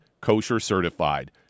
kosher-certified